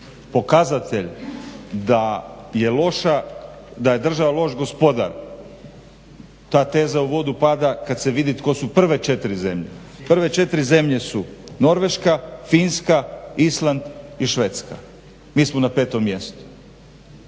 da je država loš gospodar. Ta teza u vodu pada kad se vidi tko su prve četiri zemlje. Prve četiri zemlje su Norveška, Finska, Island i Švedska. Mi smo na petom mjestu.